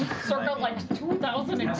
circa like two thousand yeah